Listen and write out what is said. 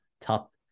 top